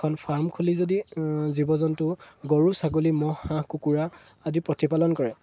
এখন ফাৰ্ম খুলি যদি জীৱ জন্তু গৰু ছাগলী মহ হাঁহ কুকুৰা আদি প্ৰতিপালন কৰে